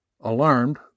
alarmed